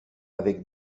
avec